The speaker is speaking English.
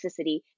toxicity